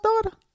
daughter